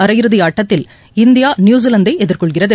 அரையிறுதிஆட்டத்தில் India நியூசிலாந்தைஎதிர்கொள்கிறது